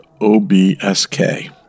obsk